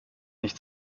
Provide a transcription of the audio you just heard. nicht